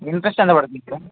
interest ఎంత పడుతుంది sir